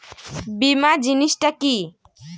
বীমা জিনিস টা কি?